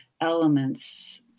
elements